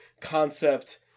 concept